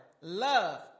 love